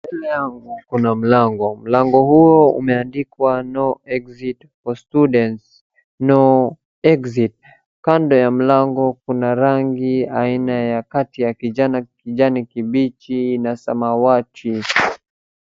Naona kuna mlango. Mlango huo umeandikwa no exit for students, no exit , kando ya mlango kuna rangi aina ya kati ya kijani kibichi na samawati.